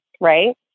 right